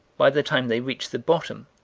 by the time they reached the bottom,